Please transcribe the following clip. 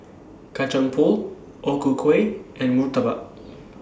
Kacang Pool O Ku Kueh and Murtabak